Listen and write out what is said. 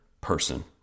person